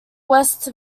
west